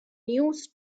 news